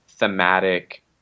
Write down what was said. thematic